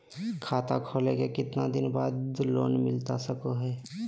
खाता खोले के कितना दिन बाद लोन मिलता सको है?